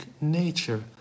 nature